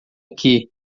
aqui